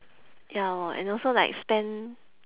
ya lor and also like spend